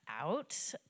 out